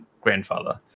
grandfather